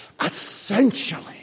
Essentially